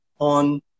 on